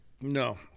no